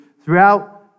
throughout